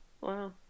Wow